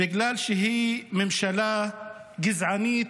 בגלל שהיא ממשלה גזענית,